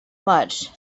much